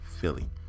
philly